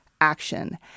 action